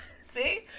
See